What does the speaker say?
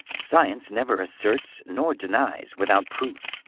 science never asserts nor denies without proof.